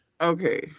Okay